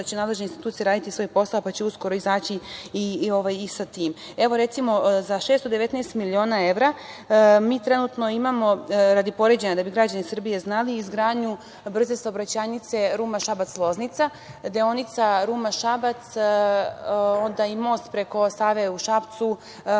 da će nadležne institucije raditi svoj posao pa će uskoro izaći i sa tim. Recimo, za 619 miliona evra mi trenutno imamo, radi poređenja, da bi građani Srbije znali, izgradnju brze saobraćajnice Ruma-Šabac-Loznica, deonica Ruma-Šamac, most preko Save u Šapcu.